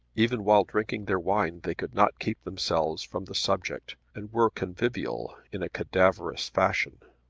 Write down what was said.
even while drinking their wine they could not keep themselves from the subject, and were convivial in a cadaverous fashion.